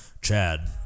Chad